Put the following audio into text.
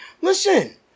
Listen